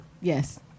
Yes